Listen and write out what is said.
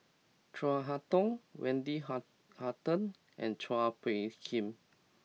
Chin Harn Tong Wendy ha Hutton and Chua Phung Kim